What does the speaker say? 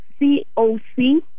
coc